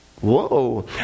Whoa